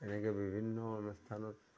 এনেকৈ বিভিন্ন অনুষ্ঠানত